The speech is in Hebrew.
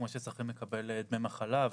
כמו ששכיר מקבל דמי מחלה,